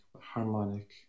harmonic